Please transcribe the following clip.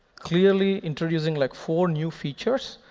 clearly introducing like four new features.